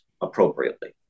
appropriately